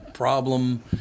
problem